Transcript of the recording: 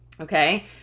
Okay